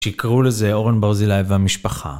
שיקראו לזה אורן ברזילאי והמשפחה